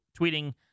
tweeting